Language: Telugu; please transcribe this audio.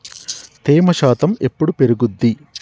తేమ శాతం ఎప్పుడు పెరుగుద్ది?